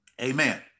Amen